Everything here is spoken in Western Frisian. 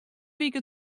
wike